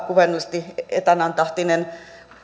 kuvaannollisesti etanantahtinen